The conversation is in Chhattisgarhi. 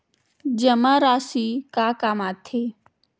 जमा राशि का काम आथे?